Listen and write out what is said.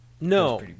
No